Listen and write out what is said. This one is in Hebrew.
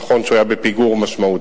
נכון שהוא היה בפיגור משמעותי,